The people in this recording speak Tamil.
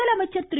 முதலமைச்சர் திரு